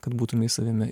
kad būtumei savimi